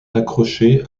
accrochée